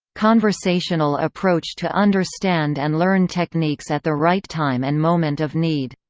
conversational approach to understand and learn techniques at the right time and moment of need.